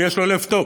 כי יש לו לב טוב.